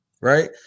right